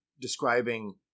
describing